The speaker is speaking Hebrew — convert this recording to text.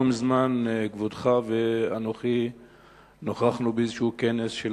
לא מזמן כבודך ואנוכי נכחנו באיזה כנס של